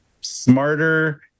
smarter